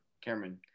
Cameron